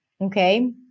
Okay